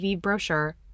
brochure